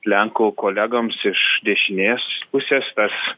lenkų kolegoms iš dešinės pusės tas